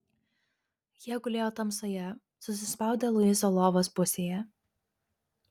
jie gulėjo tamsoje susispaudę luiso lovos pusėje